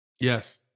Yes